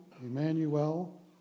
Emmanuel